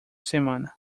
semana